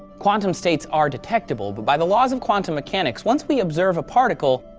quantum states are detectable, but, by the laws of quantum mechanics, once we observe a particle,